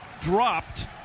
dropped